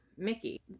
Mickey